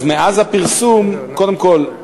אז מאז הפרסום, קודם כול,